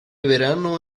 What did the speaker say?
verano